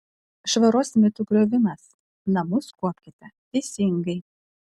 švaros mitų griovimas namus kuopkime teisingai